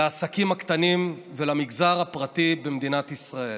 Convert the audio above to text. לעסקים הקטנים ולמגזר הפרטי במדינת ישראל.